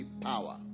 power